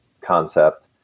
concept